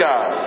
God